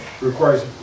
requires